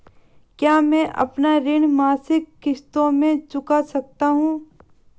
क्या मैं अपना ऋण मासिक किश्तों में चुका सकता हूँ?